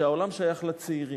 ש"העולם שייך לצעירים".